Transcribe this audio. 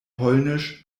polnisch